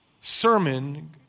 sermon